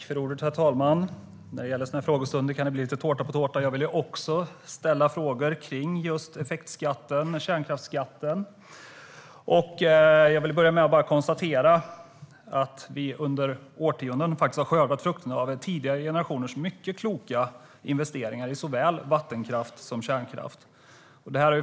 Herr talman! I sådana här frågestunder kan det bli lite tårta på tårta. Jag vill också ställa frågor kring just effektskatten på kärnkraft. Jag vill börja med att konstatera att vi under årtionden faktiskt har skördat frukterna av tidigare generationers mycket kloka investeringar i såväl vattenkraft som kärnkraft.